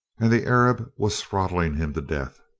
and the arab was throttling him to death.